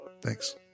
Thanks